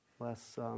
less